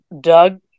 Doug